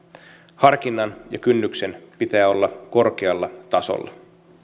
harkinnan ja kynnyksen pitää olla korkealla tasolla